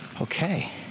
Okay